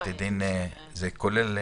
זה כולל?